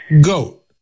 Goat